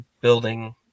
building